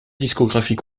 discographie